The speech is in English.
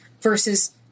versus